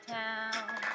town